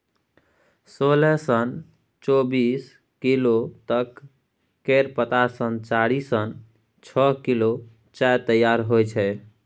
सोलह सँ चौबीस किलो तक केर पात सँ चारि सँ छअ किलो चाय तैयार होइ छै